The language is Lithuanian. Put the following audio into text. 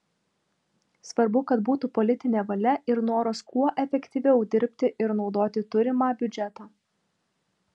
svarbu kad būtų politinė valia ir noras kuo efektyviau dirbti ir naudoti turimą biudžetą